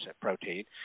protein